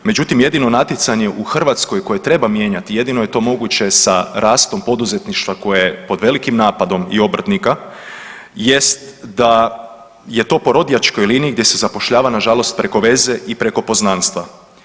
Međutim, jedino natjecanje u Hrvatskoj koje treba mijenjati, jedino je to moguće sa rastom poduzetništva koje je pod velikim napadom i obrtnika jest da je to po rodijačkoj liniji gdje se zapošljava nažalost preko veze i preko poznanstva.